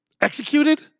executed